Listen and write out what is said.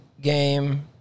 game